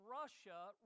Russia